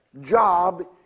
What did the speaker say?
job